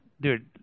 dude